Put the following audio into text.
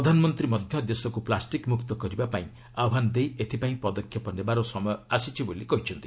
ପ୍ରଧାନମନ୍ତ୍ରୀ ମଧ୍ୟ ଦେଶକୁ ପ୍ଲାଷ୍ଟିକ୍ମୁକ୍ତ କରିବାପାଇଁ ଆହ୍ୱାନ ଦେଇ ଏଥିପାଇଁ ପଦକ୍ଷେପ ନେବାର ସମୟ ଆସିଛି ବୋଲି କହିଛନ୍ତି